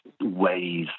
ways